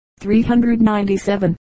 397